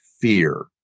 fear